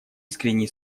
искренние